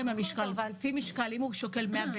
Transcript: ולפי משקל אם הוא שוקל 100?